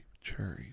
cherries